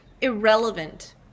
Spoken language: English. irrelevant